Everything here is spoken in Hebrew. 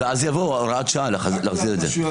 ואז תבוא הוראת השעה להחזיר את זה.